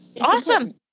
Awesome